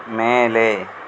மேலே